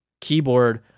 keyboard